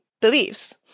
beliefs